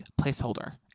placeholder